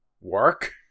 work